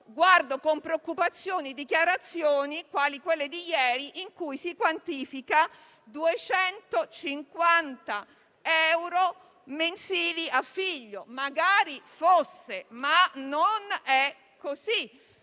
guardo con preoccupazione a dichiarazioni quali quelle di ieri in cui si quantifica 250 euro mensili a figlio: magari fosse! Ma non è così.